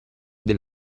del